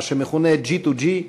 מה שמכונה G To G,